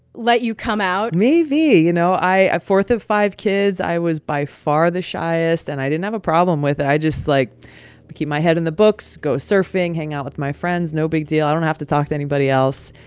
let you come out? maybe. you know, i i fourth of five kids. i was by far the shyest, and i didn't have a problem with it. i just liked to like but keep my head in the books, go surfing, hang out with my friends. no big deal. i don't have to talk to anybody else.